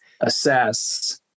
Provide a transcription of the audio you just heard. assess